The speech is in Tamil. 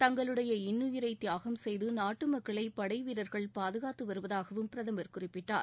தங்குளடைய இன்னுயிரை தியாகம் செய்து நாட்டு மக்களை படை வீரர்கள் பாதுகாத்து வருவதாகவும் பிரதமர் குறிப்பிட்டார்